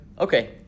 Okay